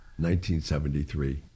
1973